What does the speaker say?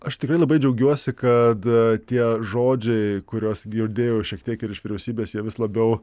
aš tikrai labai džiaugiuosi kad tie žodžiai kuriuos girdėjau šiek tiek ir iš vyriausybės jie vis labiau